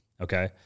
Okay